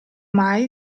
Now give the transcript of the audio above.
mai